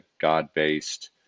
God-based